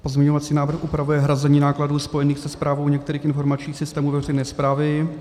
Pozměňovací návrh upravuje hrazení nákladů spojených se správou některých informačních systémů veřejné správy.